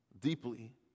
deeply